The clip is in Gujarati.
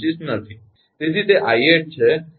તેથી તે 𝑖8 છે